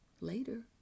Later